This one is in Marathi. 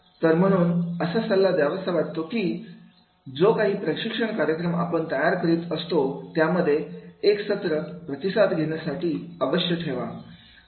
तर म्हणून असा सल्ला द्यावासा वाटतो की जो काही प्रशिक्षण कार्यक्रम आपण तयार करीत असतो त्यामध्ये एक सत्र प्रतिसाद घेण्यासाठी अवश्य ठेवा